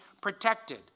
protected